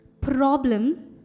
Problem